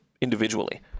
individually